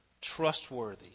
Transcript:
trustworthy